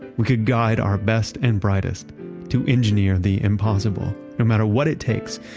we could guide our best and brightest to engineer the impossible no matter what it takes,